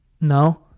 no